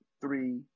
three